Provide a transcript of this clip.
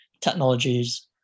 technologies